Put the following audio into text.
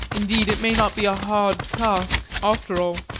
indeed it may not be a hard task, after all,